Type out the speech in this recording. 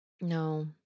No